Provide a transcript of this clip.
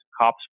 cops